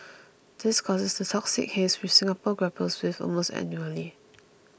this causes the toxic haze which Singapore grapples with almost annually